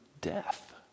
death